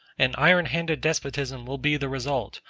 an iron-handed despotism will be the result,